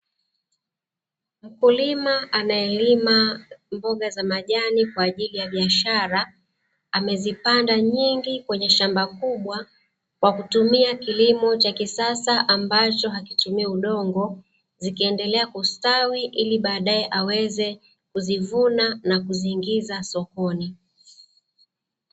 Mkulima anayelima mboga za majani kwa ajili ya biashara amezipanda nyingi kwenye shamba kubwa kwa kutumia kilimo cha kisasa ambacho hakitumii udongo, zikiendelea kustawi ili baadae aweze kuzivuna na kuziingiza sokoni.